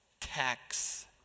Tax